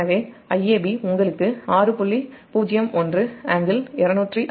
எனவே Iab உங்களுக்கு 6